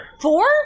Four